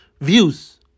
views